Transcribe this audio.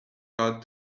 card